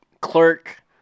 clerk